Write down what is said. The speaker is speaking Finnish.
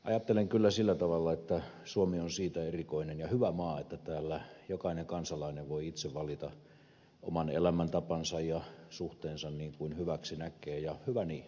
ajattelen kyllä sillä tavalla että suomi on siitä erikoinen ja hyvä maa että täällä jokainen kansalainen voi itse valita oman elämäntapansa ja suhteensa niin kuin hyväksi näkee ja hyvä niin